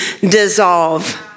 dissolve